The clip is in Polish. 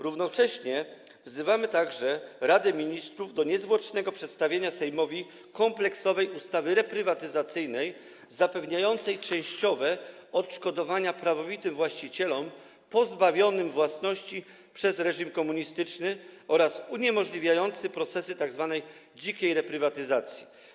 Równocześnie wzywamy także Radę Ministrów do niezwłocznego przedstawienia Sejmowi kompleksowej ustawy reprywatyzacyjnej zapewniającej częściowe odszkodowania prawowitym właścicielom pozbawionym własności przez reżim komunistyczny oraz uniemożliwiającej procesy tzw. dzikiej reprywatyzacji.